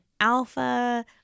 Alpha